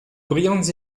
brillantes